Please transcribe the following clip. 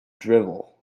drivel